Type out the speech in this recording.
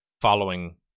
following